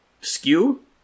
Skew